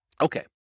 Okay